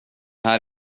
här